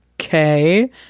Okay